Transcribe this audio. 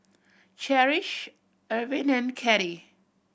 Cherish Irvin and Cathy